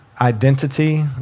identity